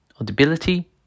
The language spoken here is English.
audibility